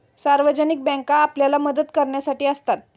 सार्वजनिक बँका आपल्याला मदत करण्यासाठी असतात